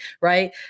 right